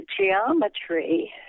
geometry